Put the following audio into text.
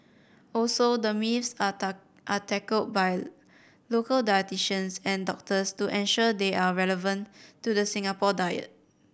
also the myths are are tackled by local dietitians and doctors to ensure they are relevant to the Singapore diet